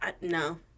No